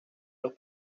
los